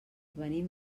venim